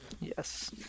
yes